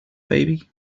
baby